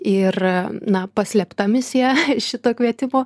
ir na paslėpta misija šito kvietimo